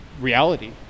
reality